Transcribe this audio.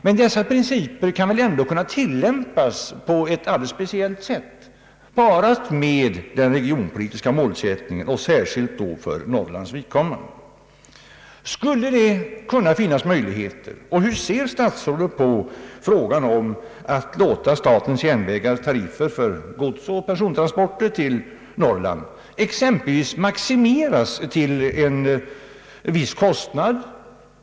Men dessa principer kunde väl ändå tillämpas på ett alldeles speciellt sätt, parade med de regionpolitiska målsättningarna, särskilt då för Norrlands vidkommande. Hur ser statsrådet på möjligheterna att låta statens järnvägars tariffer för godsoch per sontransport till Norrland maximeras till en viss kostnad?